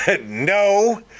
No